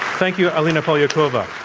thank you, alina polyakova.